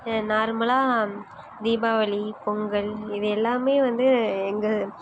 நார்மலாக தீபாவளி பொங்கல் இது எல்லாமே வந்து எங்கள்